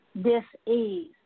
dis-ease